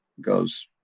goes